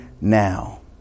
now